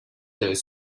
does